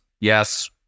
yes